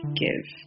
give